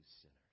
sinners